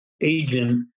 agent